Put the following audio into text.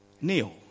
Neil